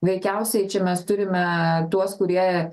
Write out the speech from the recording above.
veikiausiai čia mes turime tuos kurie